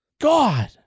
God